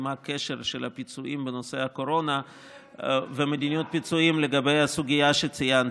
מה הקשר של הפיצויים בנושא הקורונה ומדיניות הפיצויים בסוגיה שציינתי.